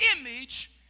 image